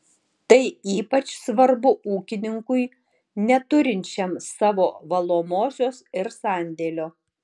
tai ypač svarbu ūkininkui neturinčiam savo valomosios ir sandėlio